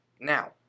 Now